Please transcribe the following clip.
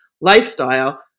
lifestyle